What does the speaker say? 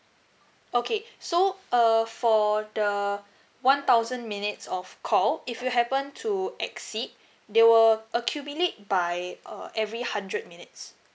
okay so err for the one thousand minutes of call if you happen to exceed they will accumulate by uh every hundred minutes